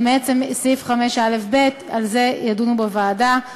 למעט סעיף 5א(ב) על זה ידונו בוועדה.